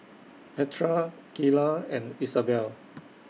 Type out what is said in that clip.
Petra Keila and Isabel